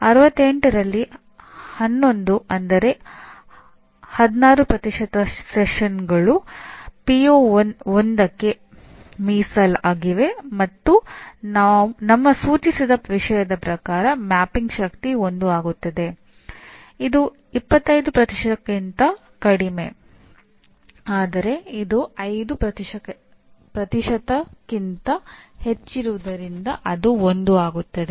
68 ರಲ್ಲಿ 11 ಅಂದರೆ 16 ಸೆಷನ್ಗಳು ಪಿಒ 1 ಗೆ 1 ಆಗಿದೆ